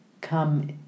come